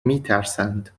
میترسند